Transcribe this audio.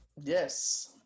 Yes